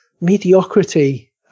mediocrity